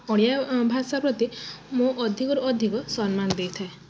ଓଡ଼ିଆ ଭାଷା ପ୍ରତି ମୁଁ ଅଧିକରୁ ଅଧିକ ସମ୍ମାନ ଦେଇଥାଏ